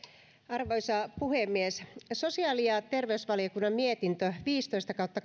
arvoisa puhemies sosiaali ja terveysvaliokunnan mietintö viisitoista kautta